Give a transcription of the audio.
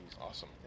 Awesome